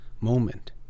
moment